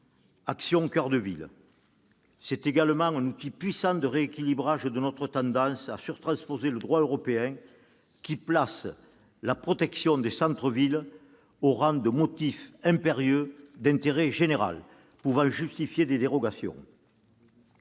Action coeur de ville ». C'est également un puissant outil de rééquilibrage de notre tendance à surtransposer le droit européen, qui place la protection des centres-villes au rang de motif impérieux d'intérêt général pouvant justifier des dérogations.